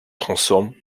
transforment